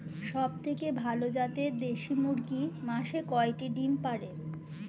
সবথেকে ভালো জাতের দেশি মুরগি মাসে কয়টি ডিম পাড়ে?